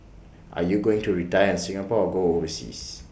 are you going to retire in Singapore or go overseas